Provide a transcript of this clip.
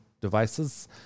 devices